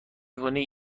کنید